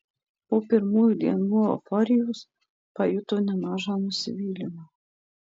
po pirmųjų dienų euforijos pajuto nemažą nusivylimą